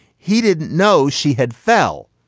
he didn't know she had fell.